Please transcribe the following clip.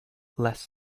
less